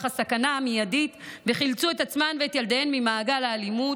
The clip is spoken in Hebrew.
הסכנה המיידית וחילצו את עצמן ואת ילדיהן ממעגל האלימות,